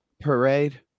parade